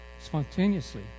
spontaneously